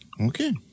Okay